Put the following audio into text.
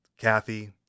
Kathy